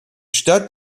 stadt